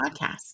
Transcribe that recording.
podcast